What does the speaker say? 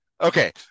okay